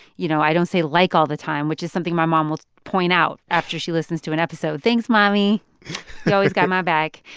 you know, i don't say like all the time, which is something my mom will point out after she listens to an episode. thanks, mommy. you always got my back.